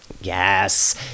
Yes